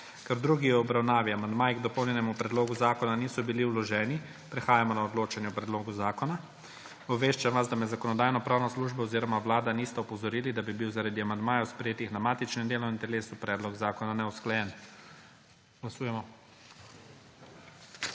Ker v drugi obravnavi amandmaji k dopolnjenemu predlogu zakona niso bili vloženi, prehajamo na odločanje o predlogu zakona. Obveščam vas, da me Zakonodajno-pravna služba oziroma Vlada nista opozorili, da bi bil zaradi amandmajev, sprejetih na matičnem delovnem telesu, predlog zakona neusklajen. Glasujemo.